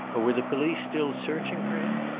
or were the police still searching for him?